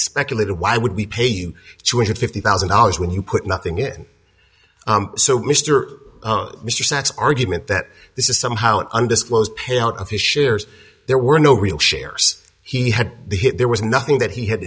speculated why would we pay you two hundred fifty thousand dollars when you put nothing in so mr mr sacks argument that this is somehow an undisclosed payout of his shares there were no real shares he had the hit there was nothing that he had